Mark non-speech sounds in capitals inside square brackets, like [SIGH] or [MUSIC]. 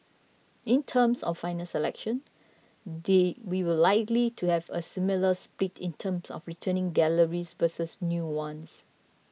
in terms of final selection [UNINTELLIGIBLE] we will likely to have a similar split in terms of returning galleries versus new ones